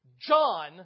John